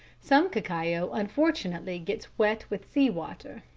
some cacao unfortunately gets wet with sea water.